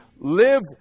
live